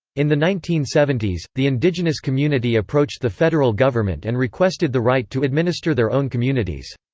in the nineteen seventy s, the indigenous community approached the federal government and requested the right to administer their own communities.